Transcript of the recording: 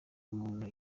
umuntu